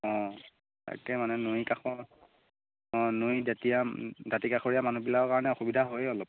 অঁ তাকে মানে নৈ কাষৰ অঁ নৈ দাঁতিয়া দাঁতি কাষৰীয়া মানুহবিলাকৰ কাৰণে অসুবিধা হয়ে অলপ